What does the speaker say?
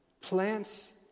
plants